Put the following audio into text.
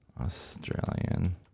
Australian